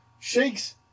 shakes